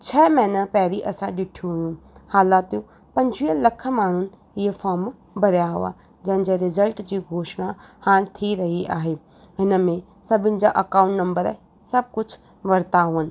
छह महीना पहिरीं असां ॾिठियूं हुयूं हालातियूं पंजुवीह लख माण्हुनि इहे फोम भरिया हुआ जंहिंजे रिज़ल्ट जी घोषणा हाणे थी रही आहे हिन में सभिनि जा अकाउंट नम्बर सभु कुझु वरिता हुअनि